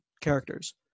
characters